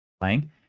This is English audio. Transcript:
playing